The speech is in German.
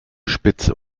spitze